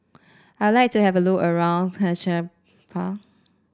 I like to have a look around Tegucigalpa